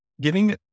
Giving